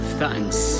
thanks